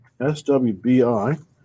SWBI